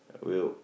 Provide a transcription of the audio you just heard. will